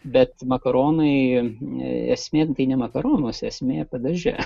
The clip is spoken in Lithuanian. bet makaronai esmė tai ne makaronuose esmė padaže